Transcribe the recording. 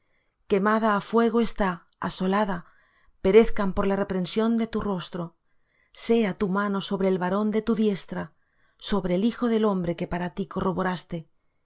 quemada á fuego está asolada perezcan por la reprensión de tu rostro sea tu mano sobre el varón de tu diestra sobre el hijo del hombre que para ti corroboraste